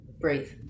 breathe